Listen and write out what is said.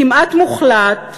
כמעט מוחלט,